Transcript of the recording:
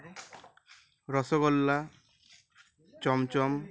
rasgulla chamcham